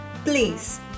Please